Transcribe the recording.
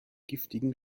giftigen